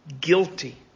guilty